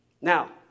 Now